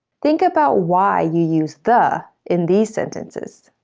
think about why you use the in these sentences.